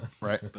right